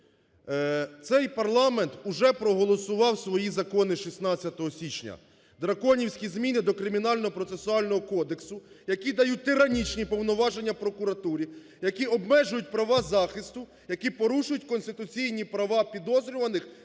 Цей парламент уже проголосував свої "закони 16 січня", "драконівські зміни" до Кримінального процесуального кодексу, які дають тиранічні повноваження прокуратурі, які обмежують права захисту, які порушують конституційні права підозрюваних,